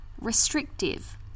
restrictive